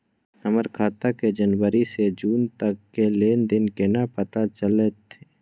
हमर खाता के जनवरी से जून तक के लेन देन केना पता चलते?